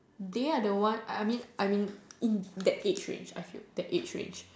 they are the one I mean I mean that age range I feel that age range